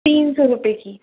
तीन सौ रुपए की